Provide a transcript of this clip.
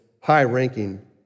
high-ranking